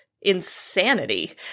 insanity